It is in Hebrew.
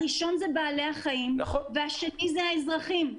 הראשון הוא בעלי החיים והשני זה האזרחים.